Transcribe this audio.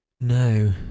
No